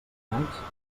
valencians